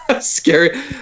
scary –